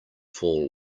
fall